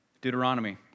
Deuteronomy